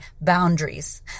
boundaries